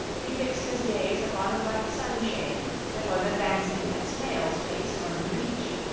he fixed his gaze upon a white sunshade that was advancing at snail's pace from the beach.